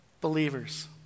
believers